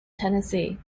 tennessee